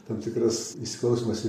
tam tikras įsiklausymas į